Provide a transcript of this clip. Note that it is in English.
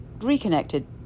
reconnected